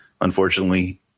unfortunately